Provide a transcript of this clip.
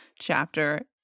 chapter